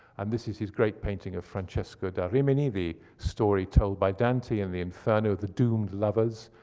and this is his great painting of francesca da rimini, the story told by dante in the inferno, the doomed lovers.